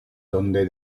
donde